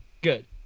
good